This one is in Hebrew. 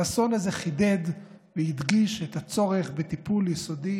האסון הזה חידד והדגיש את הצורך בטיפול יסודי